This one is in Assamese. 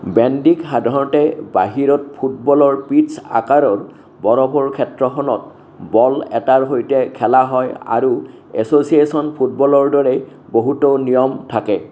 বেণ্ডীক সাধাৰণতে বাহিৰত ফুটবলৰ পিটছ আকাৰৰ বৰফৰ ক্ষেত্ৰখনত বল এটাৰ সৈতে খেলা হয় আৰু এছ'চিয়েচন ফুটবলৰ দৰেই বহুতো নিয়ম থাকে